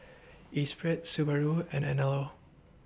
Esprit Subaru and Anello